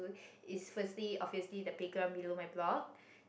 is firstly obviously the playground below my block